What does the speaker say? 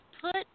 put